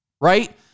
right